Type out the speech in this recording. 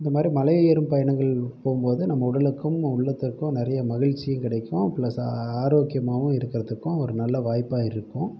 இந்தமாதிரி மலை ஏறும் பயணங்கள் போகும்போது நம்ப உடலுக்கும் உள்ளத்திற்கும் நிறைய மகிழ்ச்சியும் கிடைக்கும் பிளஸ் ஆரோக்கியமாகவும் இருக்கிறதுக்கும் ஒரு நல்ல வாய்ப்பாக இருக்கும்